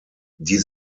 die